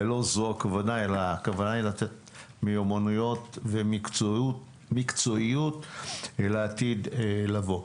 ולא זו הכוונה אלא הכוונה היא לתת מיומנויות ומקצועיות לעתיד לבוא.